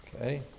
okay